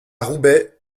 roubaix